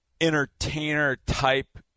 entertainer-type